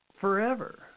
forever